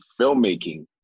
filmmaking